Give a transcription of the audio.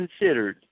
considered